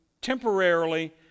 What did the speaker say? temporarily